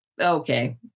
okay